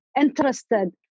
interested